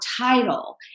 title